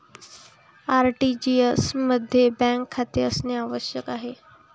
RTGS मध्ये bank खाते असणे आवश्यक आहे